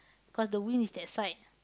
cause the wind is that side